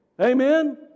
Amen